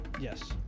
Yes